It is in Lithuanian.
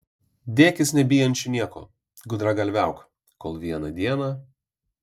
dėkis nebijančiu nieko gudragalviauk kol vieną dieną